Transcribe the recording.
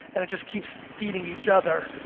and it just keeps feeding each other.